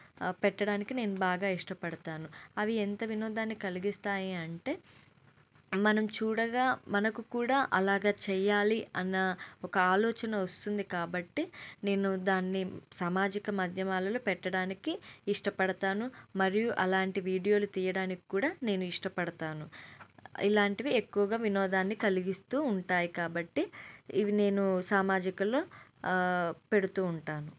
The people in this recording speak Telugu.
పెట్టడానికి నేను బాగా ఇష్టపడతాను అవి ఎంత వినోదాన్ని కలిగిస్తాయి అంటే మనం చూడగా మనకు కూడా అలాగ చెయ్యాలి అన్న ఒక ఆలోచన వస్తుంది కాబట్టి నేను దాన్ని సామాజిక మధ్యమాలలో పెట్టడానికి ఇష్టపడతాను మరియు అలాంటి వీడియోలు తీయడానికి కూడా నేను ఇష్టపడతాను ఇలాంటివి ఎక్కువగా వినోదాన్ని కలిగిస్తూ ఉంటాయి కాబట్టి ఇవి నేను సామాజికల్లో పెడుతూ ఉంటాను